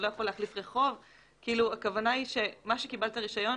הכוונה היא שקיבלת רישיון